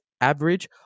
average